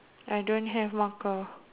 I don't have marker